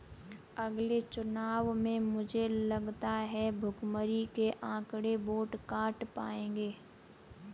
अगले चुनाव में मुझे लगता है भुखमरी के आंकड़े वोट काट पाएंगे